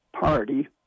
Party